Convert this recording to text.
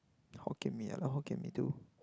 Hokkien Mee ah Hokkien Mee too